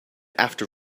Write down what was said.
after